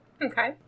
Okay